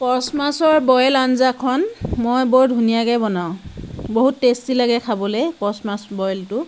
কচ মাছৰ বইল আঞ্জাখন মই বৰ ধুনীয়াকৈ বনাওঁ বহুত টেষ্টি লাগে খাবলৈ কচ মাছ বইলটো